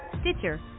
Stitcher